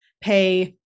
pay